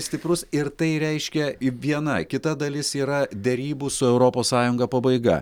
stiprus ir tai reiškia viena kita dalis yra derybų su europos sąjunga pabaiga